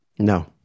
No